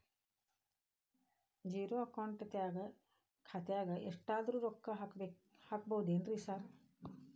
Zero account ಖಾತ್ಯಾಗ ಎಷ್ಟಾದ್ರೂ ರೊಕ್ಕ ಹಾಕ್ಬೋದೇನ್ರಿ ಸಾರ್?